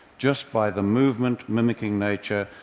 just by the movement, mimicking nature,